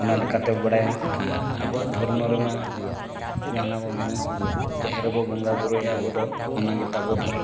ᱚᱱᱟ ᱞᱮᱠᱟ ᱛᱮᱵᱚᱱ ᱵᱟᱲᱟᱭᱟ ᱟᱨ ᱟᱵᱚᱣᱟᱜ ᱫᱷᱚᱨᱢᱚ ᱨᱮᱢᱟ ᱡᱟᱦᱟᱱᱟᱜ ᱵᱚᱱ ᱢᱮᱱᱟ ᱡᱟᱦᱮᱨ ᱨᱮᱵᱚᱱ ᱵᱚᱸᱜᱟᱼᱵᱩᱨᱩᱭᱟ ᱟᱵᱚ ᱫᱚ ᱚᱱᱟ ᱜᱮᱛᱟ ᱵᱚᱱ ᱫᱷᱚᱨᱚᱢ